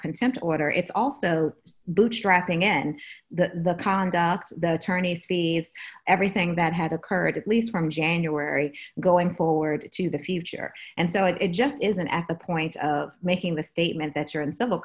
consent order it's also bootstrapping in the condo the attorneys fees everything that had occurred at least from january going forward into the future and so it just isn't at the point of making the statement that you're in civil